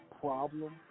problem